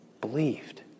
believed